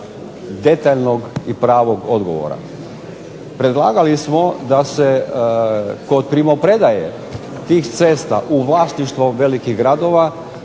detaljnog i pravog odgovora. Predlagali smo da se kod primopredaje tih cesta u vlasništvo velikih gradova,